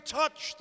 touch